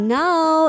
now